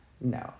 no